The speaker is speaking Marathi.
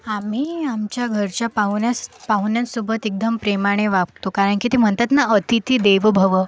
आम्ही आमच्या घरच्या पाहुण्यास पाहुण्यांसोबत एकदम प्रेमाने वागतो कारण की ते म्हणतात ना अतिथी देवो भव